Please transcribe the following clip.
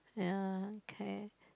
ya okay